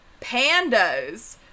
pandas